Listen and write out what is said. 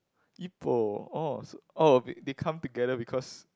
Ipoh oh oh they come together because